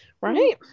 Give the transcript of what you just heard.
Right